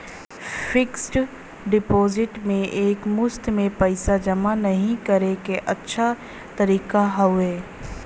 fixed deposit में एक मुश्त में पइसा जमा नाहीं करे क अच्छा तरीका हौ